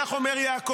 כך אומר יעקב.